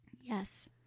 Yes